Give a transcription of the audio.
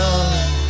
Love